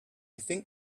think